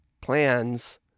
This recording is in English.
plans